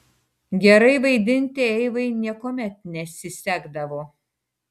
gerai vaidinti eivai niekuomet nesisekdavo